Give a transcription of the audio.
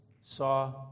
saw